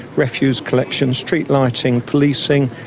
refuse collection, street lighting, policing,